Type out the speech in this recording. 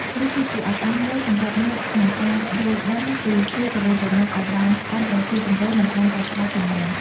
នេះគឺជាឱកាសមួយសម្រាប់អ្នកក្នុងការយល់ដឹងពីគ្នាទៅវិញទៅមកឱ្យបានកាន់តែស៊ីជម្រៅនិងកាន់តែច្បាស់ជាងមុន។